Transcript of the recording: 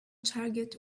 target